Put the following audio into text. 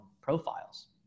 profiles